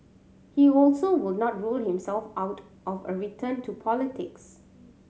he also would not rule himself out of a return to politics